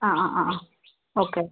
ആ ഒക്കെ